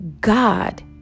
God